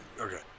Okay